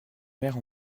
mère